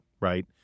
right